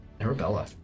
Arabella